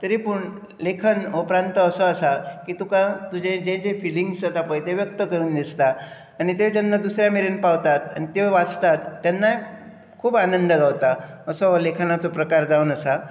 तरी पूण लेखन हो प्रांत असो आसा की तुका जे जे फिलिग्स जाता पळय ते व्यक्त करन दिसतां आनी ते जेन्ना दुसऱ्या मेरेन पावतात आनी त्यो वाचतात तेन्नाय खूब आनंद गावता असो हो लेखनाचो प्रकार जावन आसा